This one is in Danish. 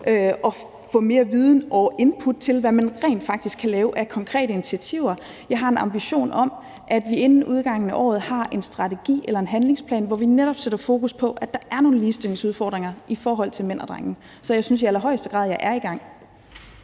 at få mere viden og input til, hvad man rent faktisk kan lave af konkrete initiativer. Jeg har en ambition om, at vi inden udgangen af året har en strategi eller en handlingsplan, hvor vi netop sætter fokus på, at der er nogle ligestillingsudfordringer i forhold til mænd og drenge. Så jeg synes i allerhøjeste grad, at jeg er i gang.